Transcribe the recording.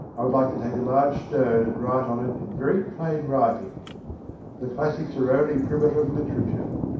i'd like to take a large stone and write on it in very plain writing the classics are only primitive literature.